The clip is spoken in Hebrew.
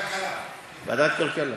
ועדת הכלכלה.